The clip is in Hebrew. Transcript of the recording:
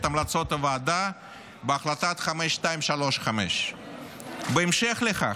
המלצות הוועדה בהחלטה 5325. בהמשך לכך,